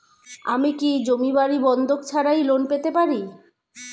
আমি কি জমি বাড়ি বন্ধক ছাড়াই লোন পেতে পারি?